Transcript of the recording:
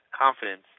confidence